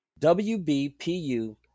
wbpu